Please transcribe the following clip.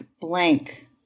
blank